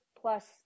plus